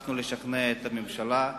הצלחנו לשכנע את הממשלה,